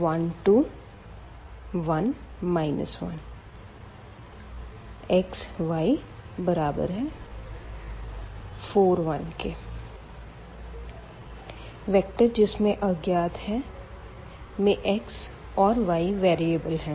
1 2 1 1 x y 4 1 vector जिसमें अज्ञात है में x और y वेरीअबल है